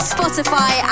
Spotify